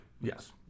Yes